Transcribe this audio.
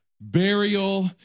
burial